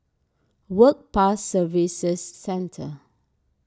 Work Pass Services Centre